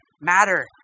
matter